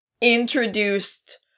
introduced